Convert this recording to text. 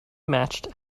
matched